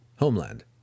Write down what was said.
HOMELAND